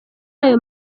ayo